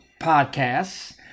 podcasts